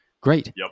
Great